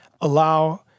allow